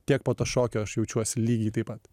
tiek po to šokio aš jaučiuosi lygiai taip pat